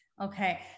Okay